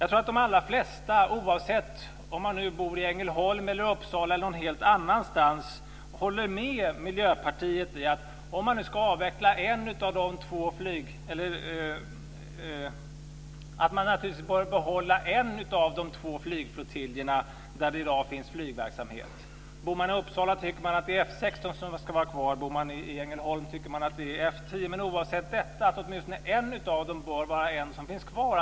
Jag tror att de allra flesta, oavsett om man bor i Ängelholm, Uppsala eller någon helt annanstans, håller med Miljöpartiet om att man bör behålla en av de två flygflottiljer där det i dag finns flygverksamhet. Men oavsett detta tycker man att en av dem bör vara kvar.